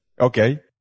Okay